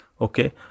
okay